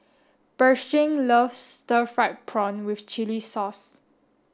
Pershing loves stir fried prawn with chili sauce